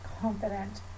confident